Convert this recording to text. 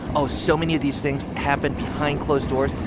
oh, so many of these things happened behind closed doors.